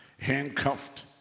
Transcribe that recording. Handcuffed